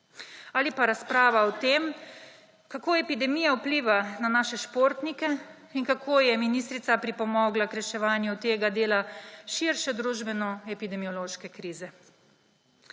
Ali pa razprava o tem, kako epidemija vpliva na naše športnike in kako je ministrica pripomogla k reševanju tega dela širše družbeno-epidemiološke krize.